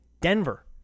Denver